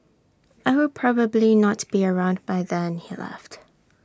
I will probably not be around by then he laughed